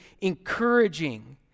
encouraging